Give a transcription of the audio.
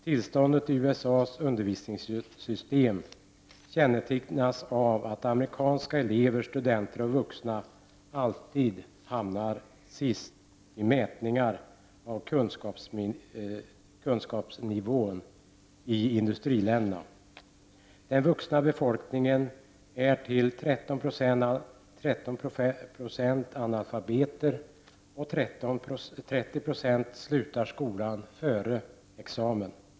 Tillståndet i USA:s undervisningssystem kännetecknas av att amerikanska elever, studenter och vuxna alltid hamnar sist vid mätningar av kunskapsnivån i industriländerna. Den vuxna befolkningen är till 13 90 analfabeter, och 30 960 av befolkningen slutar skolan före examen.